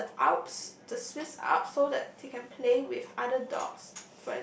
to the alps the Swiss out so that he can play with other dogs